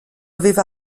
aveva